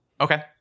Okay